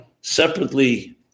separately